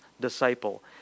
disciple